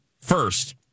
First